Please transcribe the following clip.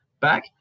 back